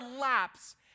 laps